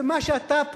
ומה שאתה,